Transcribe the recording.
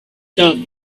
thought